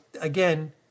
again